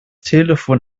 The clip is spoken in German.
telefon